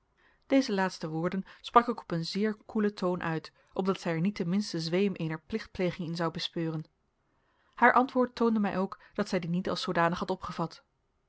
deze laatste woorden sprak ik op een zeer koelen toon uit opdat zij er niet den minsten zweem eener plichtpleging in zou bespeuren haar antwoord toonde mij ook dat zij die niet als zoodanig had opgevat